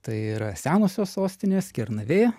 tai yra senosios sostinės kernavė